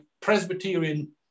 presbyterian